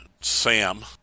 Sam